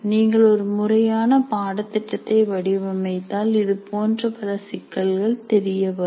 நீங்கள் ஒரு முறையான பாடத்திட்டத்தை வடிவமைத்தால் இதுபோன்ற பல சிக்கல்கள் தெரியவரும்